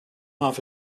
off